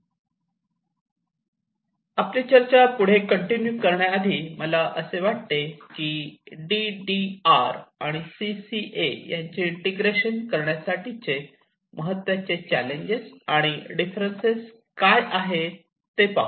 आपली चर्चा पुढे कंटिन्यू करण्याआधी मला असे वाटते की डी डी आर आणि सी सी ए यांचे इंटिग्रेशन करण्यासाठी महत्त्वाचे चॅलेंजेस आणि डिफरन्स काय आहे आहे ते पाहू